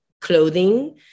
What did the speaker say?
clothing